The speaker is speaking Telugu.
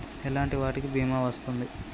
ఎలాంటి వాటికి బీమా వస్తుంది?